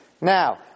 Now